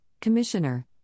Commissioner